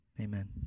Amen